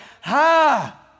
Ha